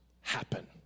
happen